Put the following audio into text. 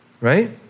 right